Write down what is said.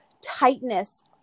tightness